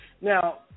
now